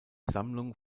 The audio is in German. sammlung